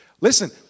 Listen